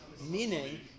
Meaning